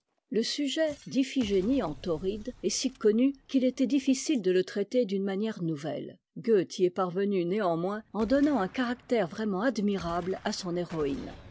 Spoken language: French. le sujet d'iphigénie e t tauride est si connu qu'il était difficile de le traiter d'une manière nouvelle goethe y est parvenu néanmoins en donnant un caractère vraiment admirable à son héroïne